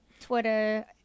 Twitter